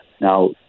Now